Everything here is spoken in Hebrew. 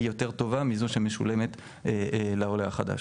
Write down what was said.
היא יותר טובה מזו שמשולמת לעולה החדש.